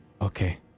Okay